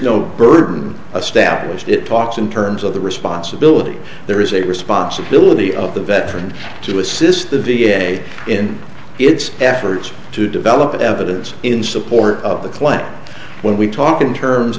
no burden a status it talks in terms of the responsibility there is a responsibility of the veteran to assist the v a in its efforts to develop evidence in support of the plan when we talk in terms